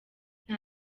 nta